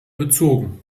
bezogen